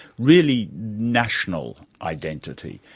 really, national identity?